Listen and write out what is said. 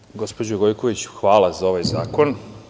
Uvažena gospođo Gojković, hvala za ovaj zakon.